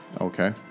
Okay